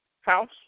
house